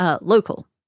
local